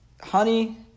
honey